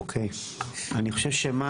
אוקי, אני חושב שמה